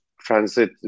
transit